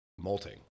Molting